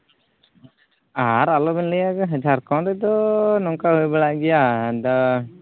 ᱟᱨ ᱟᱞᱚ ᱵᱮᱱ ᱞᱟᱹᱭᱟ ᱡᱷᱟᱨᱠᱷᱚᱱ ᱨᱮᱫᱚ ᱱᱚᱝᱠᱟ ᱦᱩᱭ ᱵᱟᱲᱟᱜ ᱜᱮᱭᱟ ᱟᱫᱚ